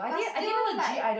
but still like